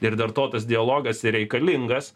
ir dar to tas dialogas ir reikalingas